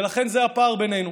ולכן, זה הפער בינינו,